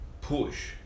push